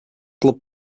club